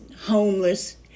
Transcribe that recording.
homeless